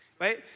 Right